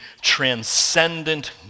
transcendent